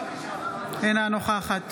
אינה נוכחת